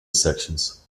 sections